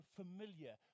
familiar